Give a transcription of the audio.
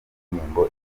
indirimbo